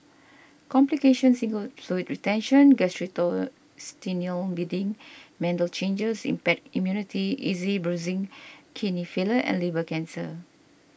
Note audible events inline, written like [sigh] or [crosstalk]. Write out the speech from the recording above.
complications include fluid retention [unintelligible] bleeding mental changes impaired immunity easy bruising kidney failure and liver cancer